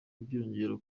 byiyongera